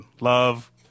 Love